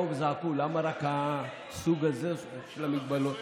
באו וזעקו: למה רק הסוג הזה של המוגבלות?